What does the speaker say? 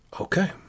Okay